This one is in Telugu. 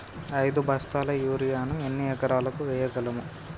ఐదు బస్తాల యూరియా ను ఎన్ని ఎకరాలకు వేయగలము?